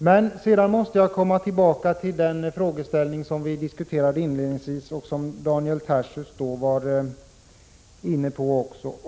Jag måste emellertid komma tillbaka till den frågeställning vi diskuterade inledningsvis och som Daniel Tarschys också var inne på.